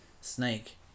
snake